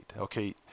Okay